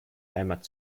heimat